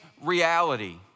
reality